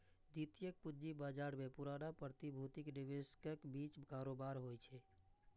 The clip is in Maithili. द्वितीयक पूंजी बाजार मे पुरना प्रतिभूतिक निवेशकक बीच कारोबार होइ छै